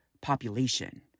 population